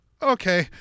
okay